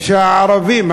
שהערבים,